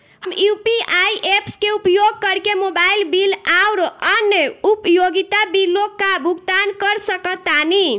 हम UPI apps के उपयोग करके मोबाइल बिल आउर अन्य उपयोगिता बिलों का भुगतान कर सकतानी